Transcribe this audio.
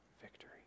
victory